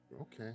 Okay